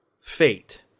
fate